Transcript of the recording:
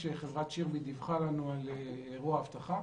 כאשר חברת שירביט דיווחה לנו על אירוע אבטחה.